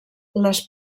les